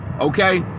okay